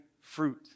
fruit